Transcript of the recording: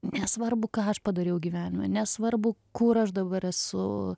nesvarbu ką aš padariau gyvenime nesvarbu kur aš dabar esu